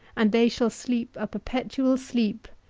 and they shall sleep a perpetual sleep,